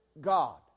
God